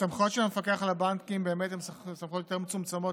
הסמכויות של המפקח על הבנקים הן באמת סמכויות יותר מצומצמות,